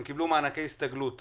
הם קיבלו מענקי הסתגלות.